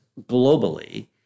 globally